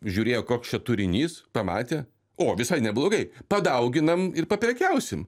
žiūrėjo koks čia turinys pamatė o visai neblogai padauginam ir paprekiausim